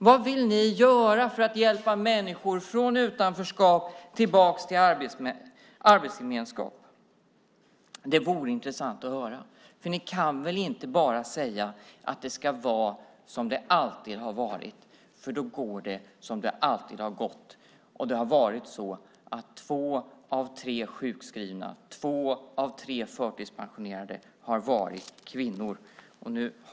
Vad vill ni göra för att hjälpa människor från utanförskap och tillbaka in i arbetsgemenskap? Det vore intressant att höra. Ni kan väl inte bara säga att det ska vara som det alltid har varit? Då går det som det alltid har gått: Två av tre sjukskrivna och två av tre förtidspensionerade har varit kvinnor.